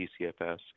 DCFS